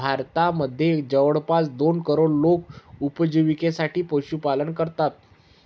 भारतामध्ये जवळपास दोन करोड लोक उपजिविकेसाठी पशुपालन करतात